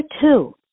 two